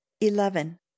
eleven